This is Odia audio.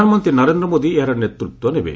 ପ୍ରଧାନମନ୍ତ୍ରୀ ନରେନ୍ଦ୍ର ମୋଦି ଏହାର ନେତୃତ୍ୱ ନେବେ